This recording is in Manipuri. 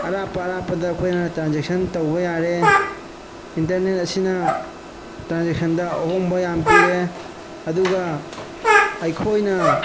ꯑꯔꯥꯞꯄ ꯑꯔꯥꯞꯄꯗ ꯑꯩꯈꯣꯏꯅ ꯇ꯭ꯔꯥꯟꯖꯦꯛꯁꯟ ꯇꯧꯕ ꯌꯥꯔꯦ ꯏꯟꯇꯔꯅꯦꯠ ꯑꯁꯤꯅ ꯇ꯭ꯔꯥꯟꯖꯦꯛꯁꯟꯗ ꯑꯍꯣꯡꯕ ꯌꯥꯥꯃ ꯄꯤꯔꯦ ꯑꯗꯨꯒ ꯑꯩꯈꯣꯏꯅ